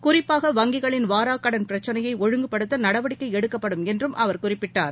குறிப்பாக வங்கிகளின் வாராக் கடன் பிரச்னையை ஒழுங்குப்படுத்த நடவடிக்கை எடுக்கப்படும் என்றும் அவர் குறிப்பிட்டார்